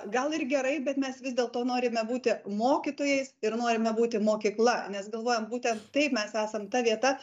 gal ir gerai bet mes vis dėlto norime būti mokytojais ir norime būti mokykla nes galvojam būtent taip mes esam ta vieta